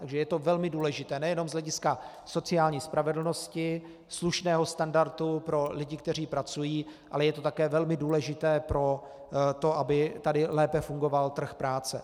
Takže je to velmi důležité nejenom z hlediska sociální spravedlnosti, slušného standardu pro lidi, kteří pracují, ale je to také velmi důležité pro to, aby tady lépe fungoval trh práce.